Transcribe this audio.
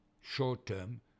Short-term